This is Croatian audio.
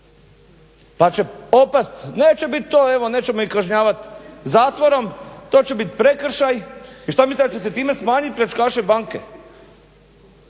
pa će opasti, neće bit to, evo nećemo ih kažnjavati zatvorom, to će bit prekršaj, i šta mislite da ćete time smanjiti pljačkaše banke,